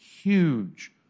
Huge